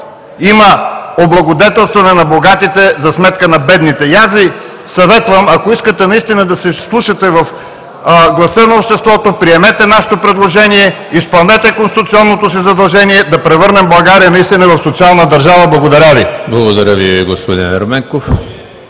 Има облагодетелстване на богатите за сметка на бедните! Аз Ви съветвам, ако наистина искате да се вслушате в гласа на обществото, приемете нашето предложение, изпълнете конституционното си задължение да превърнем България в социална държава. Благодаря Ви. ПРЕДСЕДАТЕЛ ЕМИЛ ХРИСТОВ: Благодаря Ви, господин Ерменков.